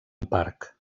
parc